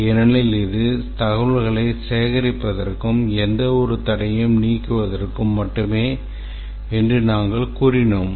ஏனெனில் இது தகவல்களைச் சேகரிப்பதற்கும் எந்தவொரு தடைகளையும் நீக்குவதற்கும் மட்டுமே என்று நாங்கள் கூறினோம்